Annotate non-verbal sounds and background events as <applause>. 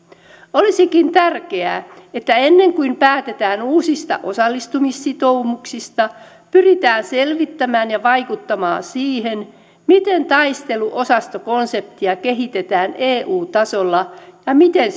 olisikin tärkeää että ennen kuin päätetään uusista osallistumissitoumuksista pyritään selvittämään ja vaikuttamaan siihen miten taisteluosastokonseptia kehitetään eu tasolla ja miten <unintelligible>